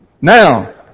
Now